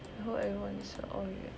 how advanced are all yet